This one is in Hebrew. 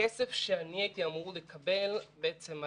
הכסף שהייתי אמור לקבל הלך